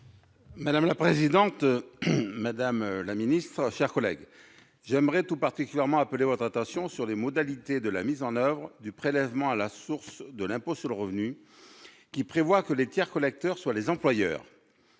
comptes publics. Madame la ministre, j'aimerais tout particulièrement appeler votre attention sur les modalités de mise en oeuvre du prélèvement à la source de l'impôt sur le revenu, qui prévoit que les tiers collecteurs soient les employeurs.